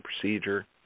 procedure